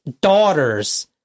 daughters